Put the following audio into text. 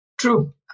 True